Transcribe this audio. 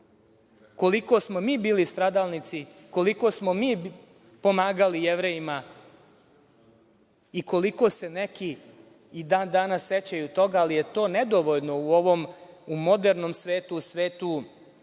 koliko smo mi bili stradalnici, koliko smo mi pomagali Jevrejima i koliko se neki i dan danas sećaju toga, ali je to nedovoljno u ovom modernom svetu, svetu